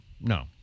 No